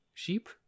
sheep